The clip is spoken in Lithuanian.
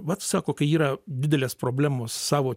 vat sako kai yra didelės problemos savo